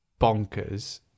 bonkers